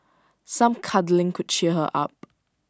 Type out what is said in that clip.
some cuddling could cheer her up